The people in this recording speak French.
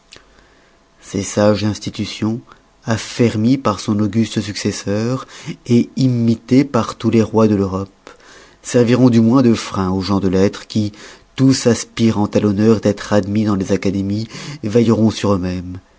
ces sages institutions affermies par son auguste successeur imitées par tous les rois de l'europe serviront du moins de frein aux gens de lettres qui tous aspirant à l'honneur d'être admis dans les académies veilleront sur eux-mêmes